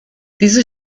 diese